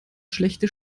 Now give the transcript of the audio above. schlechte